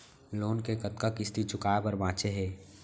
Loan के कतना किस्ती चुकाए बर बांचे हे?